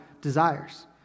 desires